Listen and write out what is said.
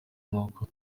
nuko